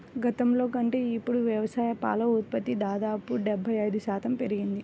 గతంలో కంటే ఇప్పుడు వ్యవసాయ పాల ఉత్పత్తి దాదాపు డెబ్బై ఐదు శాతం పెరిగింది